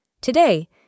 Today